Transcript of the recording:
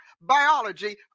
biology